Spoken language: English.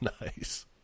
nice